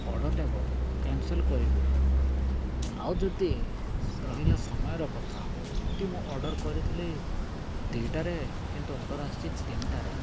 ଅର୍ଡରଟାକୁ cancel କରିବି ଆଉ ଯଦି ରହିଲା ସମୟର କଥା କି ମୁଁ ଅର୍ଡର କରିଥିଲି ଦୁଇଟାରେ କିନ୍ତୁ ଅର୍ଡର ଆସିଛି ତିନିଟାରେ